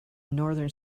northern